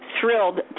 thrilled